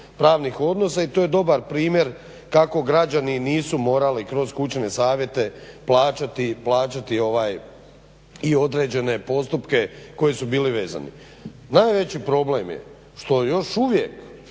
odnosa i to je dobar primjer kako građani nisu morali kroz kućne savjete plaćati i određene postupke koji su bili vezani. Najveći problem je što još uvijek